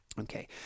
okay